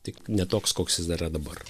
tik ne toks koks jis yra dabar